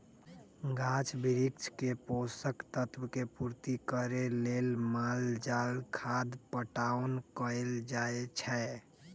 गाछ वृक्ष के पोषक तत्व के पूर्ति करे लेल माल जाल खाद पटाओन कएल जाए छै